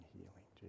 healing